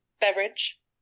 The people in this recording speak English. beverage